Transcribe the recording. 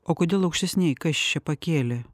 o kodėl aukštesnėj kas čia pakėlė